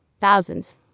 Thousands